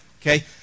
Okay